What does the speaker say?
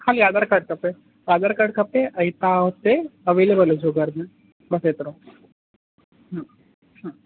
ख़ाली आधार कार्ड खपे आधार कार्ड खपे ऐं तव्हां हुते अवेलेबिल हुजो घर में बसि एतिरो हूं हूं